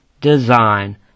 design